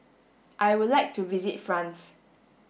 I would like to visit France